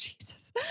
Jesus